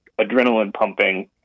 adrenaline-pumping